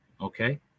Okay